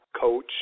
coach